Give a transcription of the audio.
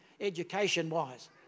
education-wise